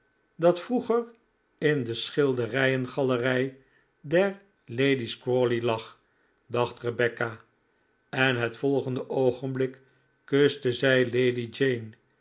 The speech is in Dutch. dat vroeger in de schilderijengalerij der lady's crawley lag dacht rebecca en het volgende oogenblik kuste zij lady jane